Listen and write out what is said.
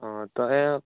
অ তই